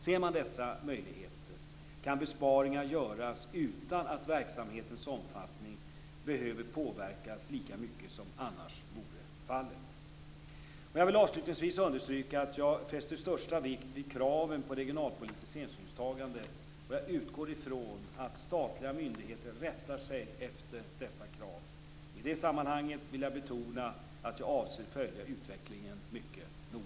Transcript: Ser man dessa möjligheter kan besparingar göras utan att verksamhetens omfattning behöver påverkas lika mycket som annars vore fallet. Jag vill avslutningsvis understryka att jag fäster största vikt vid kraven på regionalpolitiskt hänsynstagande, och jag utgår ifrån att statliga myndigheter rättar sig efter dessa krav. I det sammanhanget vill jag betona att jag avser att följa utvecklingen mycket noga.